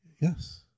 Yes